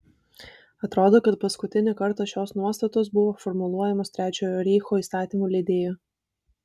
atrodo kad paskutinį kartą šios nuostatos buvo formuluojamos trečiojo reicho įstatymų leidėjų